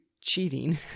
cheating